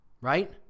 right